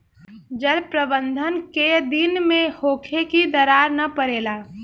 जल प्रबंधन केय दिन में होखे कि दरार न परेला?